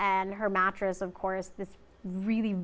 and her mattress of course this really